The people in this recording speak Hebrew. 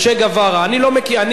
צ'ה גווארה אני לא מכיר,